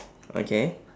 okay